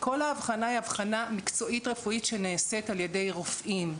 כל ההבחנה היא הבחנה מקצועית-רפואית שנעשית על ידי רופאים.